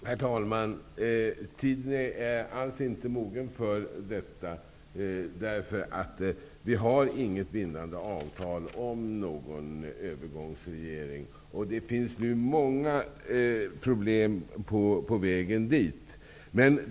Herr talman! Tiden är alls inte mogen för ett upphävande av sanktionerna, eftersom det inte finns ett bindande avtal om en övergångsregering. Det finns nu många problem på vägen dit.